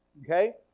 Okay